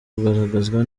kugaragazwa